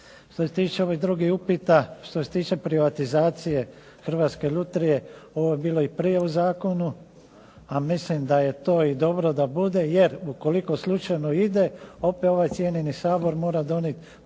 Što se tiče ovih drugih upita, što se tiče privatizacije Hrvatske lutrije, ovo je bilo i prije u zakonu, a mislim da je to i dobro da bude jer ukoliko slučajno ide, opet ovaj cijenjeni Sabor mora donijeti